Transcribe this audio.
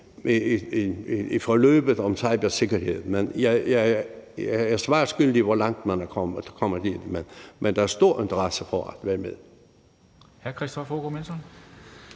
i forløbet om cybersikkerhed. Jeg må være svar skyldig, i forhold til hvor langt man er kommet, men der er stor interesse for at være med.